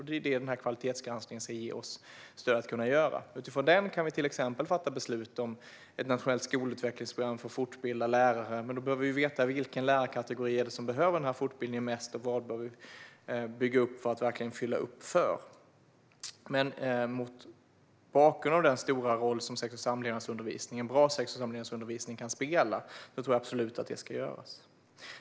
Det är ju det som kvalitetsgranskningen ska komma fram till. Utifrån den kan vi fatta beslut om till exempel ett nationellt skolutvecklingsprogram för att fortbilda lärare. Men då behöver vi veta vilken lärarkategori det är som mest behöver denna fortbildning. Mot bakgrund av den stora roll som en bra sex och samlevnadsundervisning kan spela tror jag absolut att det ska genomföras.